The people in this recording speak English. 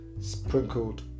sprinkled